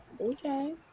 Okay